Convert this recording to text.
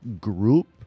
group